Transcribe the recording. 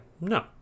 no